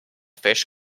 fish